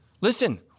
Listen